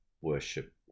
worship